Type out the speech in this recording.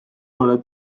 pole